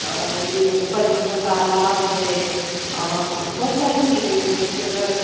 یہ پریوں کا تالاب ہے بہت ساری چیزیں ہیں جس پہ اگر